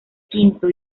quinto